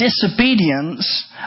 Disobedience